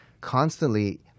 constantly